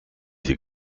sie